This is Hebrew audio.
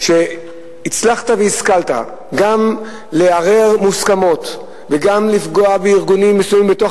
שהצלחת והשכלת גם לערער מוסכמות וגם לפגוע בארגונים מסוימים בתוך